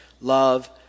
Love